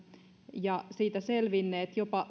ja siitä selvinneet jopa